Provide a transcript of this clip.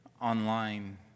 online